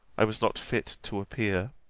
i was not fit to appear